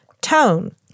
tone